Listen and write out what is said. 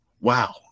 wow